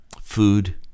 food